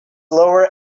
lower